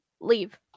Leave